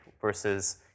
versus